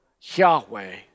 Yahweh